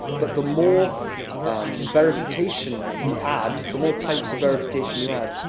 but the more um verification you add the more types of verification you add,